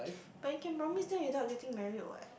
but it can promise that without getting married what